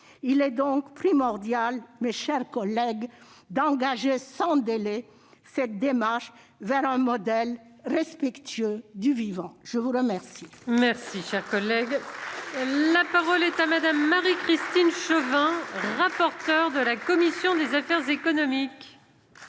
Il est donc primordial, mes chers collègues, d'engager sans délai cette démarche vers un modèle respectueux du vivant. La parole